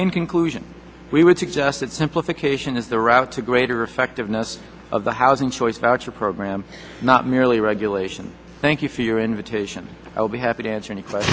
in conclusion we would suggest that simplification is the route to greater effectiveness of the housing choice voucher program not merely regulation thank you for your invitation i'll be happy to answer any question